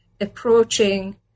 approaching